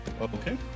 Okay